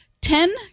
Ten